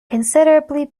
considerably